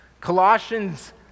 Colossians